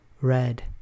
red